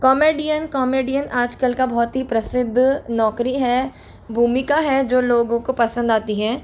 comedian comedian आजकल का बहुत ही प्रसिद्ध नौकरी है भूमिका है जो लोगों को पसंद आती है